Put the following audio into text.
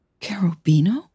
Carabino